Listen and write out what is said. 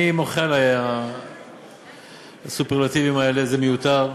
אני מוחה על הסופרלטיבים האלה, זה מיותר.